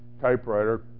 typewriter